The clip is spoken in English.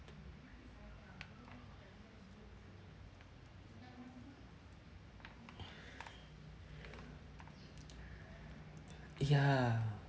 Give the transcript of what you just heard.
ya